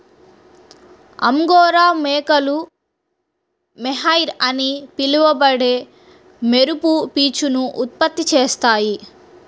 angora మేకలు mohair అని పిలువబడే మెరుపు పీచును ఉత్పత్తి చేస్తాయి